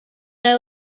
yna